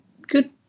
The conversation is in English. good